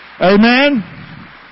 Amen